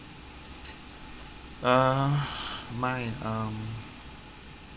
uh mine um